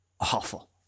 Awful